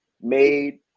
made